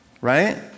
right